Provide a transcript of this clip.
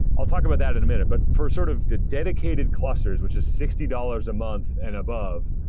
i'll talk about that in a minute, but first sort of the dedicated clusters, which is sixty dollars a month and above.